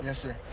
yes, sir.